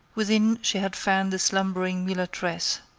within she had found the slumbering mulatresse,